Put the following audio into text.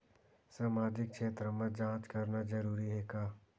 सामाजिक क्षेत्र म जांच करना जरूरी हे का?